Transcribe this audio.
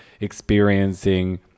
experiencing